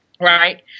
right